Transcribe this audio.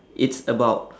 it's about